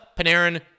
Panarin